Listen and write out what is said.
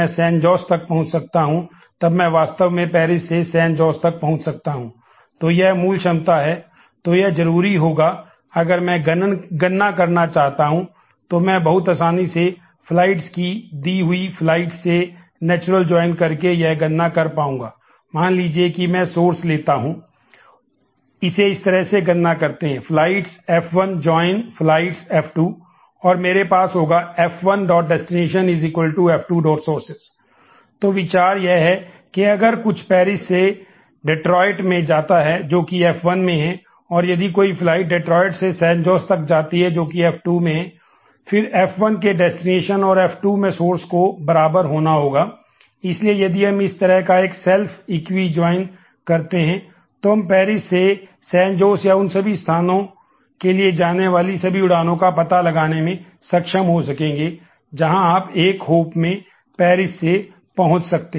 इसे इस तरह से गणना करते हैं फ्लाइटस से पहुंच सकते हैं